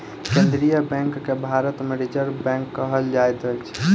केन्द्रीय बैंक के भारत मे रिजर्व बैंक कहल जाइत अछि